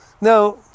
Now